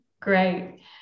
Great